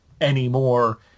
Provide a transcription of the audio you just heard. anymore